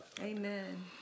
Amen